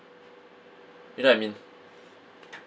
you know what I mean